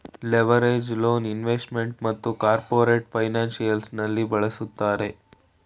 leveraged loan investment ಮತ್ತು corporate financial ನಲ್ಲಿ ಬಳಸುತ್ತಾರೆ